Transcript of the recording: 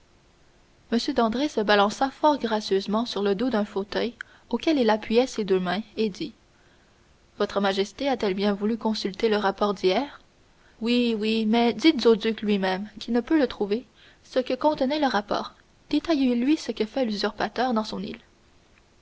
dandré se balança fort gracieusement sur le dos d'un fauteuil auquel il appuyait ses deux mains et dit votre majesté a-t-elle bien voulu consulter le rapport d'hier oui oui mais dites au duc lui-même qui ne peut le trouver ce que contenait le rapport détaillez lui ce que fait l'usurpateur dans son île